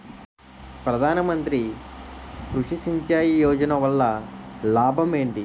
ప్రధాన మంత్రి కృషి సించాయి యోజన వల్ల లాభం ఏంటి?